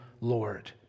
Lord